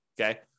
Okay